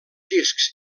discs